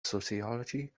sociology